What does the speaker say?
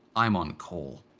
i'm on call.